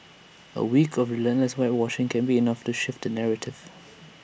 A week of relentless whitewashing can be enough to shift the narrative